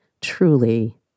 truly